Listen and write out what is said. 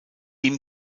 ihnen